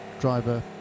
driver